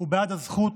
הוא בעד הזכות